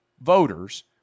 voters